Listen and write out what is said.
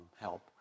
help